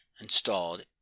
installed